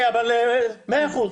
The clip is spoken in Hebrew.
מאה אחוז.